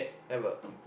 never